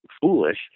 foolish